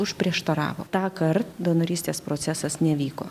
užprieštaravo tąkart donorystės procesas nevyko